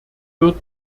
wird